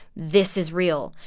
this is real,